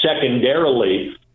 secondarily